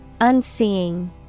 Unseeing